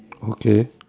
okay